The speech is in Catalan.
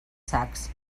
sacs